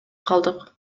калдык